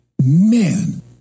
Man